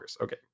Okay